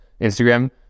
Instagram